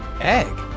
Egg